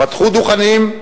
פתחו דוכנים.